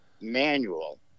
manual